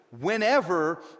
whenever